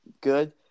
good